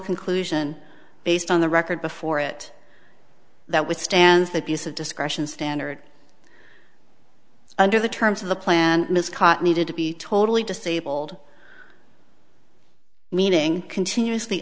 conclusion based on the record before it that withstands the piece of discretion standard under the terms of the plan ms caught needed to be totally disabled meaning continuously